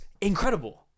incredible